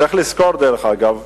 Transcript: צריך לזכור, דרך אגב,